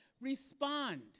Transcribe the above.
respond